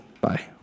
Bye